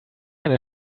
eine